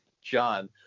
John